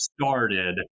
started